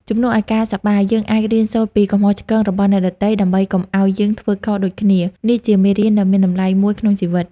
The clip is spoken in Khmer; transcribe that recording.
ជំនួសឱ្យការសប្បាយ យើងអាចរៀនសូត្រពីកំហុសឆ្គងរបស់អ្នកដទៃ ដើម្បីកុំឱ្យយើងធ្វើខុសដូចគ្នា នេះជាមេរៀនដ៏មានតម្លៃមួយក្នុងជីវិត។